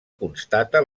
constata